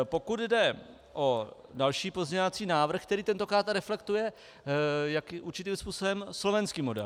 Pokud jde o další pozměňovací návrh, ten tentokrát reflektuje určitým způsobem slovenský model.